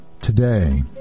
today